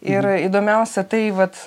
ir įdomiausia tai vat